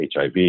HIV